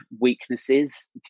weaknesses